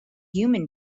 human